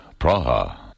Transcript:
Praha